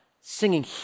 singing